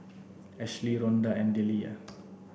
Ashlie Ronda and Dellia